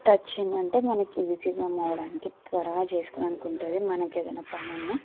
touch ఏంటంటే మనకి ఈజీగా మూవవడానికి త్వరగా చేసుకోవడానుకి ఉంటుంది మనకి ఏదైనా పని ఉన్నా